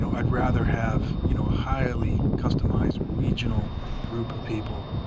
so i'd rather have you know highly customized regional group of people,